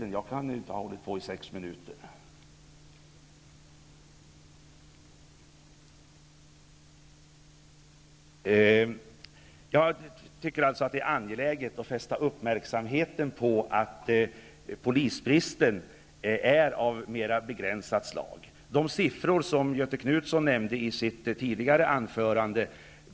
Jag tycker att det är angeläget att fästa uppmärksamheten på att polisbristen är av mer begränsat slag. Göthe Knutson nämnde en del siffror i sitt tidigare anförande.